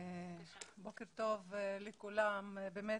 --- בוקר טוב לכולם, באמת,